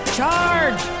Charge